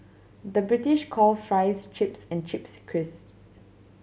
the British call fries chips and chips crisps